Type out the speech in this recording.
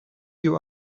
you